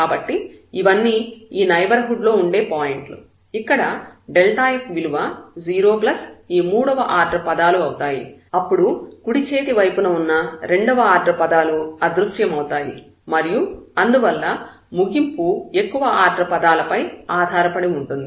కాబట్టి ఇవన్నీ ఈ నైబర్హుడ్ లో ఉండే పాయింట్లు ఇక్కడ f విలువ 0 ప్లస్ ఈ మూడవ ఆర్డర్ పదాలు అవుతుంది అప్పుడు కుడి చేతి వైపున ఉన్న రెండవ ఆర్డర్ పదాలు అదృశ్యమవుతాయి మరియు అందువల్ల ముగింపు ఎక్కువ ఆర్డర్ పదాలపై ఆధారపడి ఉంటుంది